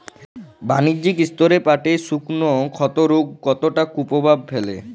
বাণিজ্যিক স্তরে পাটের শুকনো ক্ষতরোগ কতটা কুপ্রভাব ফেলে?